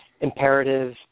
imperative